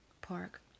Park